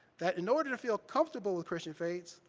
that in order to feel comfortable with christian faith,